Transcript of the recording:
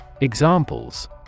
Examples